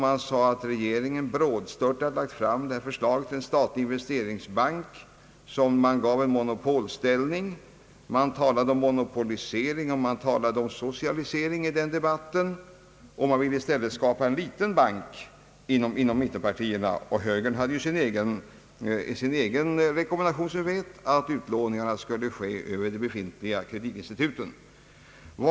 Man talade där om <»regeringens <brådstörtade förslag» om en statlig investeringsbank med monopolställning. Man talade om monopolisering, om socialisering, och mittenpartierna ville i stället skapa en liten bank. Högern hade sin egen rekommendation att utlåningarna skulle ske via de befintliga kreditinstituten.